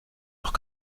noch